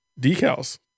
decals